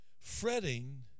Fretting